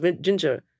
ginger